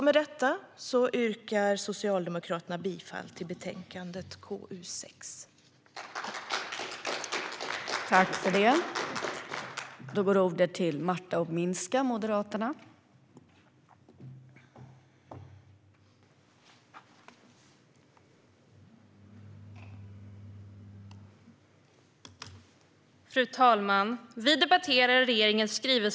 Med detta yrkar Socialdemokraterna bifall till utskottets förslag i betänkande KU6.